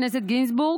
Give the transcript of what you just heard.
חבר הכנסת גינזבורג,